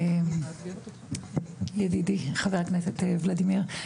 ידידי חבר הכנסת ולדימיר,